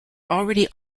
already